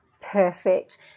Perfect